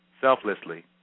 selflessly